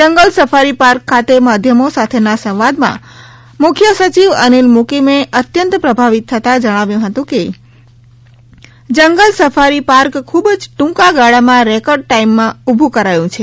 જંગલ સફારીપાર્ક ખાતે માધ્યમો સાથેના સંવાદમાં મુખ્ય સચિવ અનિલ મુકીમે અત્યંત પ્રભાવિત થતાં જણાવ્યું હતું કે જંગલ સફારી પાર્ક ખુબ જ ટૂંકા ગાળામાં રેકર્ડ ટાઇમમાં ઉભુ કરાયું છે